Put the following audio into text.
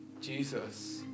Jesus